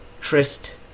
Trist